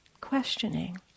questioning